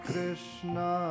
Krishna